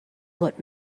what